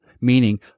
Meaning